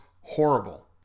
horrible